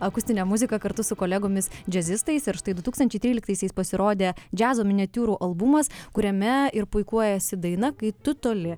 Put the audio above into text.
akustinė muzika kartu su kolegomis džiazistais ir štai du tūkstančiai tryliktaisiais pasirodė džiazo miniatiūrų albumas kuriame ir puikuojasi daina kai tu toli